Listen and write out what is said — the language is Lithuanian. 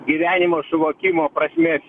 gyvenimo suvokimo prasmės